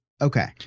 okay